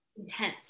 intense